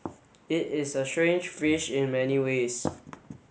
it is a strange fish in many ways